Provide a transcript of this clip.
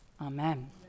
Amen